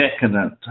decadent